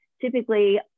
typically